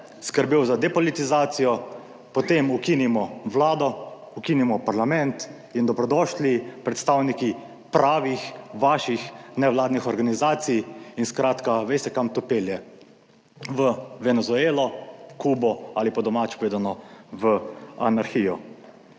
skrbel za depolitizacijo, potem ukinimo Vlado, ukinemo Parlament in dobrodošli predstavniki pravih vaših nevladnih organizacij in skratka, veste kam to pelje, v Venezuelo, Kubo ali po domače povedano, v anarhijo.